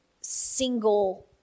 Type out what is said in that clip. single